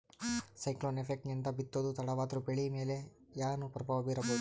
Cyclone effect ನಿಂದ ಬಿತ್ತೋದು ತಡವಾದರೂ ಬೆಳಿ ಮೇಲೆ ಏನು ಪ್ರಭಾವ ಬೀರಬಹುದು?